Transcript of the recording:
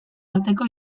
arteko